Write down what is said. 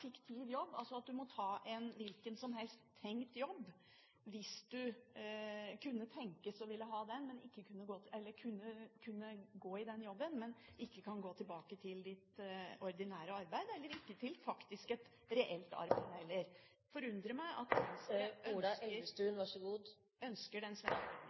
jobb, altså at du må ta en hvilken som helst tenkt jobb. Hvis du kunne tenke deg å ha jobben, men ikke kan gå i den, og heller ikke kan gå tilbake til ditt ordinære arbeid – faktisk ikke til noe reelt arbeid ... Det forundrer meg at Venstre ønsker den svenske ordningen. Det som er vårt forslag, er at vi skal ha den